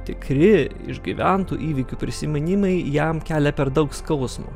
tikri išgyventų įvykių prisiminimai jam kelia per daug skausmo